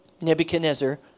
Nebuchadnezzar